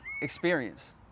experience